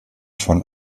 von